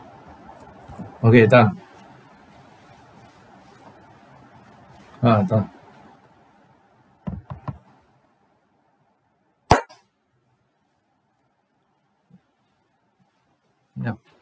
okay done ah done yup